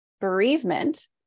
Bereavement